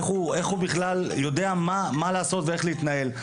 איך הוא בכלל יודע מה לעשות ואיך להתנהל,